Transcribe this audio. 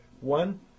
One